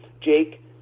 Jake